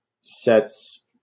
sets